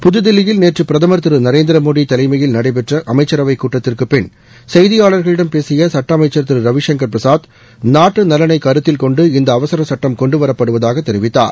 புதுதில்லியில் நேற்று பிரதமர் திரு நரேந்திர மோடி தலைமையில் நடைபெற்ற அமைச்சரவைக் கூட்டத்திற்குபின் செய்தியாளர்களிடம் பேசிய சுட்ட அமைச்சர் திரு ரவிசங்கர் பிரசாத் நாட்டு நலனை கருத்தில்கொண்டு இந்த அவசர சட்டம் கொண்டுவரப்படுவதாக தெரிவித்தார்